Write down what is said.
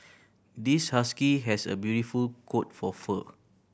this husky has a beautiful coat for fur